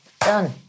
Done